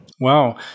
Wow